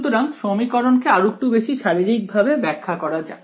সুতরাং সমীকরণকে আরেকটু বেশি শারীরিকভাবে ব্যাখ্যা করা যাক